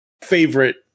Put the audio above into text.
favorite